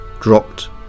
dropped